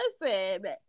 listen